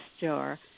jar